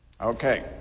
Okay